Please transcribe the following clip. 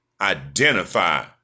identify